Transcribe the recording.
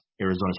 Arizona